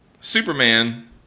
Superman